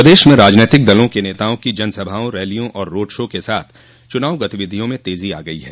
प्रदेश में राजनीतिक दलों के नेताओं की जनसभाओं रैलियों और रोड शो के साथ चुनाव गतिविधियों में तेजी आ गयी है